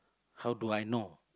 how do I know